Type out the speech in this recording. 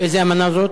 איזו אמנה זו,